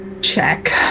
check